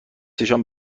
چشام